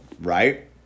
right